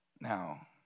Now